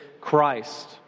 Christ